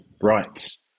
rights